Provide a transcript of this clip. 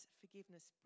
forgiveness